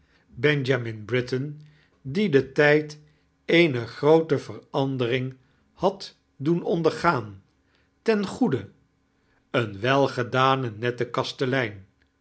benjamin britain dien de tijd eene groote verandering had doen ondergaan ten goede een welgedane nette